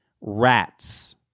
rats